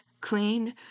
clean